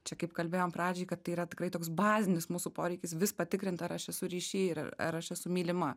čia kaip kalbėjom pradžiai kad tai yra tikrai toks bazinis mūsų poreikis vis patikrint ar aš esu ryšy ir ar ar aš esu mylima